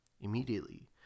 Immediately